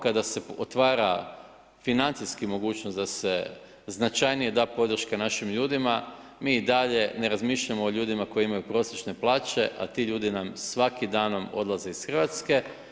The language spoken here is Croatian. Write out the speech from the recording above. Kada se otvara financijski mogućnost da se značajnije da podrška našim ljudima, mi i dalje ne razmišljamo o ljudima koji imaju prosječne plaće, a ti nam ljudi svakim danom odlaze iz RH.